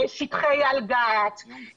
שטחי אל-געת,